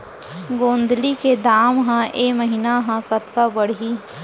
गोंदली के दाम ह ऐ महीना ह कतका बढ़ही?